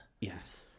yes